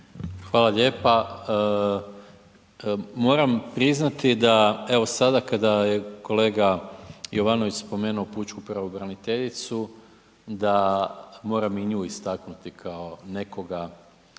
Hvala lijepa. Moram priznati da evo sada kada je kolega Jovanović spomenuo pučku pravobraniteljicu da moram i nju istaknuti kao nekoga